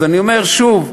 אז אני אומר שוב,